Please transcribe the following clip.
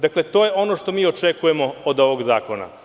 Dakle, to je ono što mi očekujemo od ovog zakona.